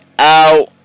out